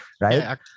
right